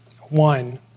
one